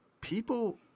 people